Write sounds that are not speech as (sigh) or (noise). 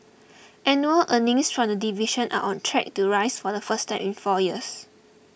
(noise) annual earnings from the division are on track to rise for the first time in four years